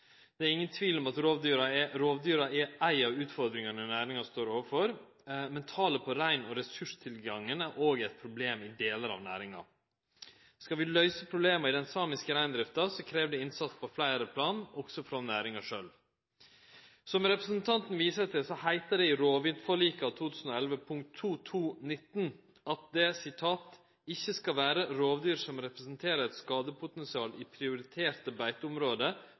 Det er ingen tvil om at rovdyra er ei av utfordringane næringa står overfor, men talet på rein og ressurstilgangen er òg eit problem i delar av næringa. Skal vi løyse problema i den samiske reindrifta, krev det ein innsats på fleire plan, også frå næringa sjølv. Som representanten viser til, så heiter det i rovviltforliket av 2011 punkt 2.2.19: «Det skal ikke være rovdyr som representerer et skadepotensial i prioriterte